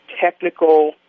technical